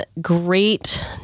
great